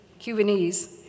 Cubanese